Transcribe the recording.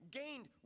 gained